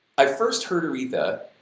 i first heard aretha